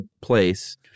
place